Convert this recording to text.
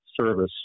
service